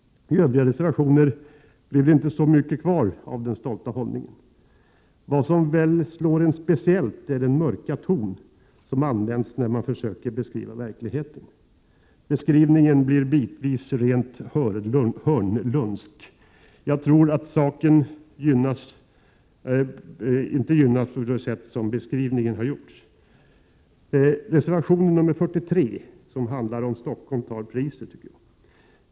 I övriga reservationer blev det inte så mycket kvar av den stolta hållningen. Vad som slår en speciellt är den mörka ton som används när man försöker beskriva verkligheten. Beskrivningen blir bitvis rent Hörnlundsk. Jag tror inte att saken gynnas av det sätt på vilket beskrivningen har gjorts. Reservation 43, som handlar om utvecklingen i Stockholmsregionen, tar priset.